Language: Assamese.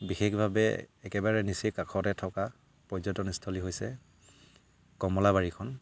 বিশেষভাৱে একেবাৰে নিচেই কাষতে থকা পৰ্যটনস্থলী হৈছে কমলাবাৰীখন